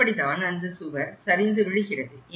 இப்படி தான் அந்த சுவர் சரிந்து விழுகிறது